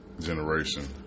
generation